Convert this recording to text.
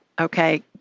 okay